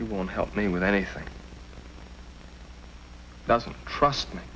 you want to help me with anything doesn't trust me